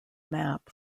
map